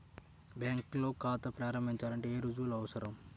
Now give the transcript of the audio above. బ్యాంకులో ఖాతా ప్రారంభించాలంటే ఏ రుజువులు అవసరం?